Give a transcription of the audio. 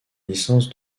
licence